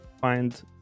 find